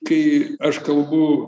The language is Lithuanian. kai aš kalbu